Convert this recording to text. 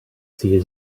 see